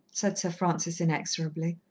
said sir francis inexorably.